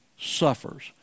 suffers